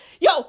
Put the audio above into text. Yo